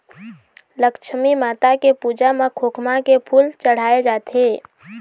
लक्छमी माता के पूजा म खोखमा के फूल चड़हाय जाथे